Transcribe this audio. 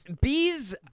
bees